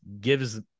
gives